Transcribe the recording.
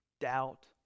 doubt